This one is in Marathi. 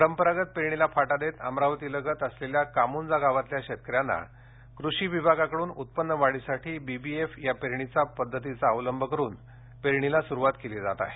परंपरागत पेरणीला फाटा देत अमरावती लगत असलेल्या कामुंजा गावातील शेतकऱ्यांना कृषी विभागाकडून उत्पन्नवाढीसाठी बीबीएफ या पेरणी पद्धतीचा अवलंब करून पेरणीला सुरुवात केली आहे